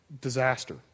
disaster